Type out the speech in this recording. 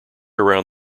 around